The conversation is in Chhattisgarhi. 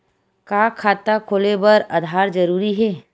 का खाता खोले बर आधार जरूरी हे?